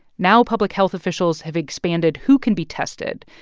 now public health officials have expanded who can be tested,